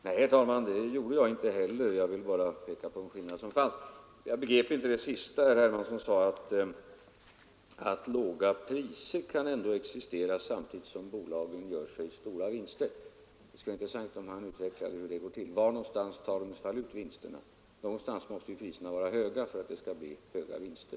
Herr talman! Det gjorde jag inte heller; jag ville bara peka på den skillnad som fanns. Jag begrep inte det senaste som herr Hermansson sade, nämligen att låga priser ändå kan existera samtidigt som bolagen gör sig stora vinster. Det skulle vara intressant om herr Hermansson utvecklade hur det går till. Var tar de i så fall ut vinsterna? Någonstans måste ju priserna vara höga för att det skall bli stora vinster.